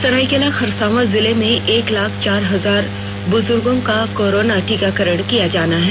सरायकेला खरसांवा जिले में एक लाख चार हजार बुजूर्गो का कोरोना टीकाकरण किया जाना है